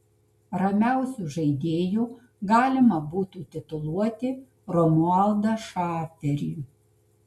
ramiausiu žaidėju galima būtų tituluoti romualdą šaferį